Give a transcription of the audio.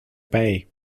bay